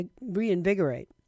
reinvigorate